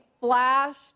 flashed